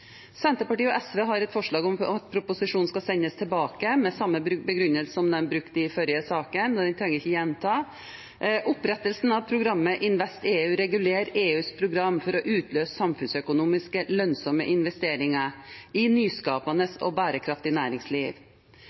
Senterpartiet og SV har et forslag om at proposisjonen skal sendes tilbake til regjeringen, med samme begrunnelse som de brukte i forrige sak, og den trenger jeg ikke gjenta. Opprettelsen av programmet InvestEU regulerer EUs program for å utløse samfunnsøkonomisk lønnsomme investeringer i nyskapende og bærekraftig næringsliv.